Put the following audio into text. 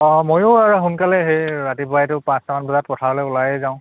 অঁ ময়ো আৰু সোনকালে সেই ৰাতিপুৱাই তোৰ পাঁচটামান বজাত পথাৰলৈ ওলায়েই যাওঁ